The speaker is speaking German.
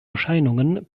erscheinungen